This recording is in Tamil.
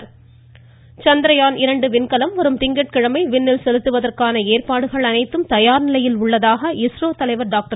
மமமமம சந்திரயான் சந்திரயான் விண்கலம் வரும் திங்கட்கிழமை விண்ணில் செலுத்தப்படுவதற்கான ஏற்பாடுகள் அனைத்தும் தயார் நிலையில் உள்ளதாக இஸ்ரோ தலைவர் டாக்டர்